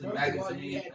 magazine